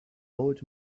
old